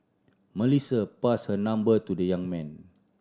Melissa passed her number to the young man